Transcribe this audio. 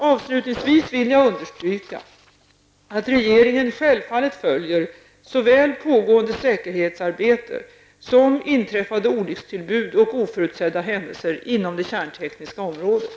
Avslutningsvis vill jag understryka att regeringen självfallet följer såväl pågående säkerhetsarbete som inträffade olyckstillbud och oförutsedda händelser inom det kärntekniska området.